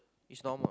it's normal